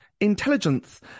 intelligence